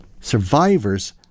survivors